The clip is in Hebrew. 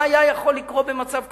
מה היה יכול לקרות במצב כזה?